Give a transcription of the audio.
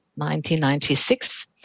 1996